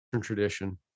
tradition